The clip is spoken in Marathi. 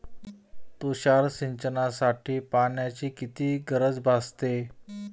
तुषार सिंचनासाठी पाण्याची किती गरज भासते?